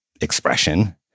expression